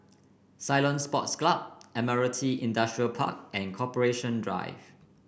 Ceylon Sports Club Admiralty Industrial Park and Corporation Drive